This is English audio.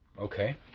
Okay